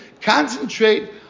concentrate